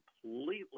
completely